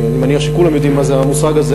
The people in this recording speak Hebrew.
אני מניח שכולם יודעים מה זה המושג הזה,